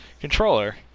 controller